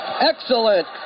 Excellent